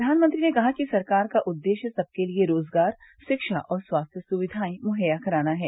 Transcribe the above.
प्रधानमंत्री ने कहा कि सरकार का उद्देश्य सबके लिए रोजगार शिक्षा और स्वास्थ्य सुविधाएं मुहैया कराना है